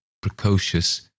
precocious